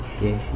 yes